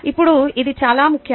ఇప్పుడు ఇది చాలా ముఖ్యం